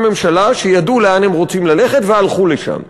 ממשלה שידעו לאן הם רוצים ללכת והלכו לשם,